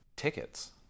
tickets